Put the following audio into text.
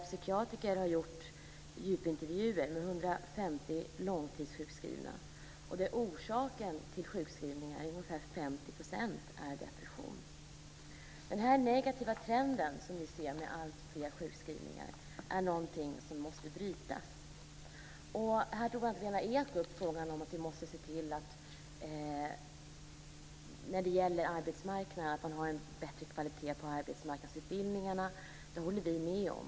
Psykiatriker har gjort djupintervjuer med 150 långtidssjukskrivna där orsaken till sjukskrivningar till ungefär 50 % är depression. Den negativa trend som vi ser med alltfler sjukskrivningar måste brytas. Lena Ek tog upp frågan om att vi när det gäller arbetsmarknaden måste se till att man har en bättre kvalitet på arbetsmarknadsutbildningar. Det håller vi med om.